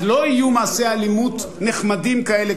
אז לא יהיו מעשי אלימות נחמדים כאלה,